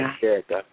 character